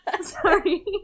Sorry